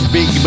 Big